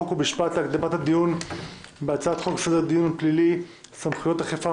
חוק ומשפט להקדמת הדיון בהצעת חוק סדר הדין הפלילי (סמכויות אכיפה,